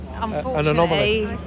unfortunately